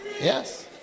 Yes